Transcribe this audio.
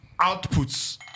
outputs